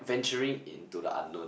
venturing into the unknown